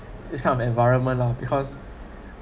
this kind of environment lah because